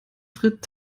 tritt